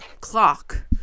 clock